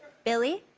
billy,